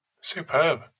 Superb